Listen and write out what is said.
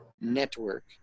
network